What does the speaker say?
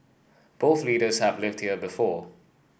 both leaders have lived here before